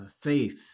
faith